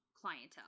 clientele